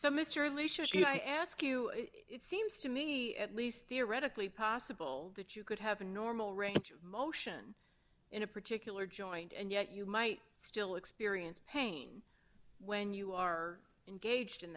lee should be i ask you it seems to me at least theoretically possible that you could have a normal range of motion in a particular joint and yet you might still experience pain when you are engaged in